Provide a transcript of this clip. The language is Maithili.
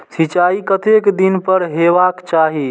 सिंचाई कतेक दिन पर हेबाक चाही?